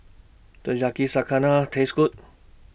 Does Yakizakana Taste Good